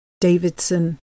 Davidson